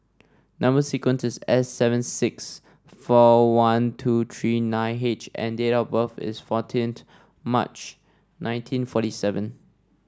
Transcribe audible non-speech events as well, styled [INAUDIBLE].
number sequence is S seven six four one two three nine H and date of birth is fourteen [UNINTELLIGIBLE] March nineteen forty seven